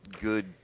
good